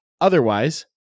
Otherwise